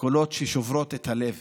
קולות ששוברים את הלב.